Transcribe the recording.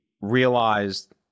realized